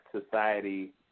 society